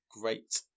Great